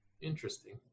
Interesting